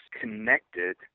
connected